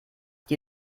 die